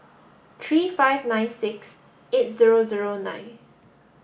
three five nine six eight zero zero nine